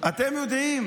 אתם יודעים